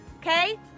okay